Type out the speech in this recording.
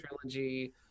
trilogy